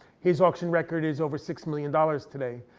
his auction record is over six million dollars today.